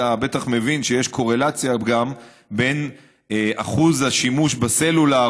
אתה בטח מבין שיש קורלציה גם בין שיעור המשתמשים בסלולר